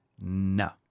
No